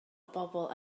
bobl